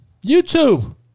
YouTube